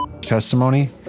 testimony